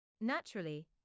Naturally